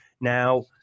Now